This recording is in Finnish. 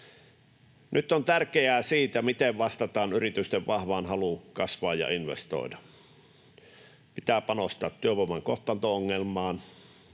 Nyt on tärkeää, miten vastataan yritysten vahvaan haluun kasvaa ja investoida. Pitää panostaa työvoiman kohtaanto-ongelmaan,